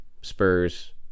Spurs